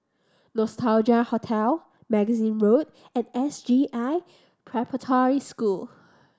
Nostalgia Hotel Magazine Road and S J I Preparatory School